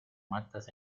matas